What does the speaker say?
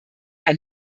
ein